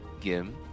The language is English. Gim